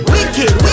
Wicked